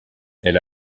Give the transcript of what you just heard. elle